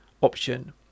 option